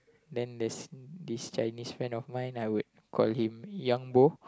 then there's this Chinese friend of mine I would call him Yang Bo